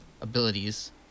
abilities